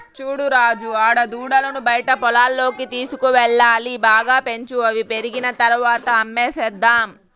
చూడు రాజు ఆడదూడలను బయట పొలాల్లోకి తీసుకువెళ్లాలి బాగా పెంచు అవి పెరిగిన తర్వాత అమ్మేసేద్దాము